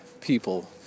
people